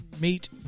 meet